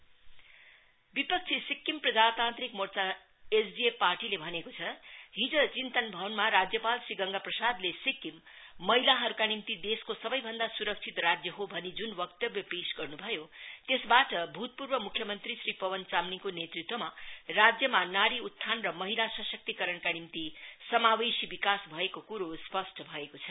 SDF विपक्षी सिक्किम प्रजातान्त्रिक मोर्चा एसडीएफ पार्टीले भनेको छ हिज चिन्तन भवनमा राज्यपाल श्री गंगाप्रसादले सिक्किम महिलाहरुका निम्ति देशको सवैभन्दा सुरक्षित राज्य हो भनी जुन वक्तव्य पेश गर्नु भयो त्यसवाट भूतपूर्व मुख्य मन्त्री श्री पवन चामलिङको नेतृत्वमा राज्यमा नारी उत्थान र महिला सशक्तिकरणका निम्ति समावेशी विकास भएको कुरो स्पष्ट भएको छ